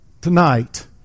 Tonight